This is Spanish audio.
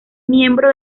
miembro